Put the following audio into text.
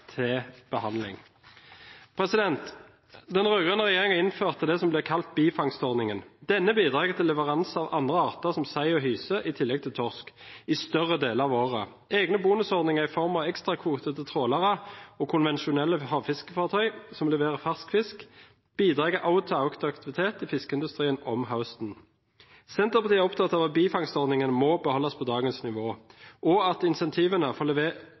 til behandling. Den rød-grønne regjeringen innførte det som blir kalt bifangstordningen. Denne bidrar til leveranser av andre arter som sei og hyse i tillegg til torsk i større deler av året. Egne bonusordninger i form av ekstrakvoter til trålere og konvensjonelle havfiskefartøy som leverer fersk fisk, bidrar også til økt aktivitet i fiskeindustrien om høsten. Senterpartiet er opptatt av at bifangstordningen må beholdes på dagens nivå, at insentivene for